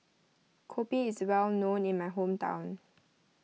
Kopi is well known in my hometown